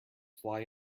fly